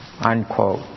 Unquote